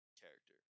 character